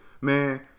man